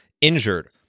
injured